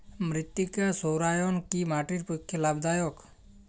মৃত্তিকা সৌরায়ন কি মাটির পক্ষে লাভদায়ক?